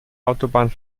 autobahn